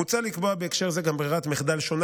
מוצע לקבוע בהקשר זה גם ברירת מחדל שונה